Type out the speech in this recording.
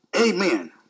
Amen